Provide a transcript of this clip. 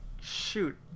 Shoot